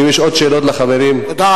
אם יש עוד שאלות לחברים, תודה רבה.